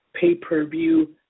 Pay-per-view